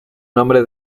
nombre